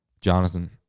Jonathan